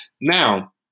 Now